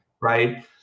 right